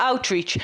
ב-out reach,